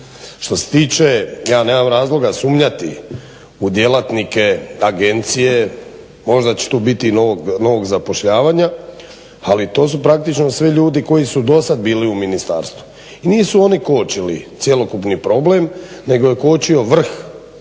Što se tiče, ja nemam razloga sumnjati u djelatnike agencije, možda će tu biti i novog zapošljavanja, ali to su praktično sve ljudi koji su dosad bili u ministarstvu. I nisu oni kočili cjelokupni problem nego je kočio vrh